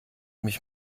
mich